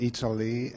Italy